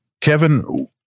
Kevin